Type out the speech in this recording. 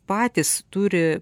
patys turi